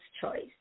choice